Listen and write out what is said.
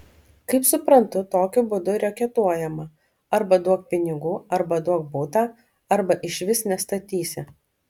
kaip suprantu tokiu būdu reketuojama arba duok pinigų arba duok butą arba išvis nestatysi